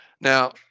Now